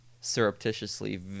surreptitiously